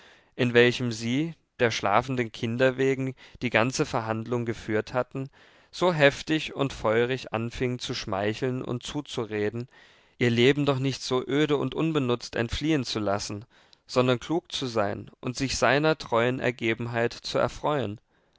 in welchem sie der schlafenden kinder wegen die ganze verhandlung geführt hatten so heftig und feurig anfing zu schmeicheln und zuzureden ihr leben doch nicht so öde und unbenutzt entfliehen zu lassen sondern klug zu sein und sich seiner treuen ergebenheit zu erfreuen